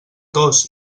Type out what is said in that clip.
tos